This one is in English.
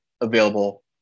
available